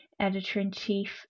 editor-in-chief